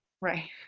Right